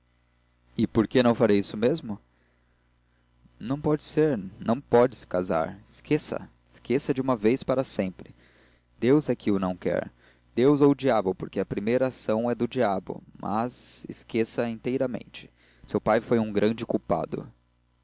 e por que não farei isso mesmo não pode ser não pode casar esqueça a esqueça a de uma vez para sempre deus é que o não quer deus ou o diabo porque a primeira ação e do diabo mas esqueça a inteiramente seu pai foi um grande culpado